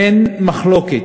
אין מחלוקת,